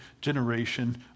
generation